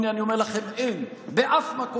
הינה, אני אומר לכם: אין באף מקום.